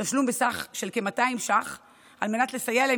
תשלום בסך של כ-200 ש"ח על מנת לסייע להם